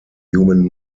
human